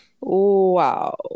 Wow